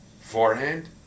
forehand